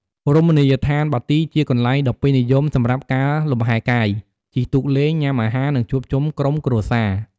រមណីយដ្ឋានបាទីជាកន្លែងដ៏ពេញនិយមសម្រាប់ ការលំហែកាយ ជិះទូកលេង ញ៉ាំអាហារ និងជួបជុំក្រុមគ្រួសារ។